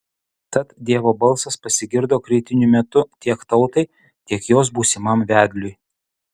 tad dievo balsas pasigirdo kritiniu metu tiek tautai tiek jos būsimam vedliui